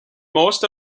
most